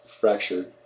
fractured